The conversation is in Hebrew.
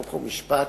חוק ומשפט,